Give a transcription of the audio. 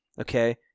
okay